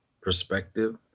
perspective